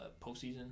postseason